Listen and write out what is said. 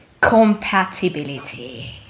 compatibility